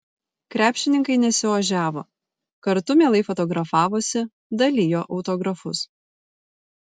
krepšininkai nesiožiavo kartu mielai fotografavosi dalijo autografus